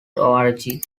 org